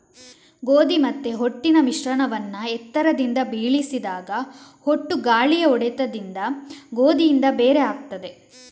ಗೋಧಿ ಮತ್ತೆ ಹೊಟ್ಟಿನ ಮಿಶ್ರಣವನ್ನ ಎತ್ತರದಿಂದ ಬೀಳಿಸಿದಾಗ ಹೊಟ್ಟು ಗಾಳಿಯ ಹೊಡೆತದಿಂದ ಗೋಧಿಯಿಂದ ಬೇರೆ ಆಗ್ತದೆ